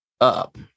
up